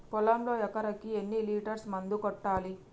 పొలంలో ఎకరాకి ఎన్ని లీటర్స్ మందు కొట్టాలి?